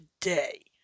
today